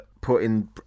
putting